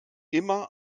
immer